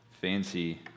fancy